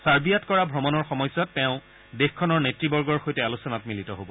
ছাৰ্বিয়াত কৰা ভ্ৰমণৰ সময়ছোৱাত তেওঁ দেশখনৰ নেতৃবৰ্গৰ সৈতে আলোচনাত মিলিত হ'ব